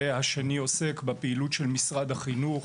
השני עוסק בפעילות של משרד החינוך,